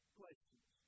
questions